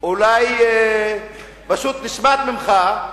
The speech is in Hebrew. אולי פשוט נשמט ממך,